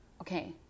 okay